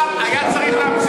ואיפה היא אותה תמר זנדברג?